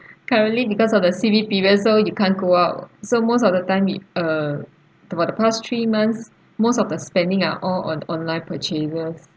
currently because of the C_B period so you can't go out so most of the time we uh about the past three months most of the spending are all on online purchases